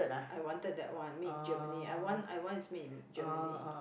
I wanted that one made in Germany I want I want it's made in Germany